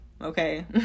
okay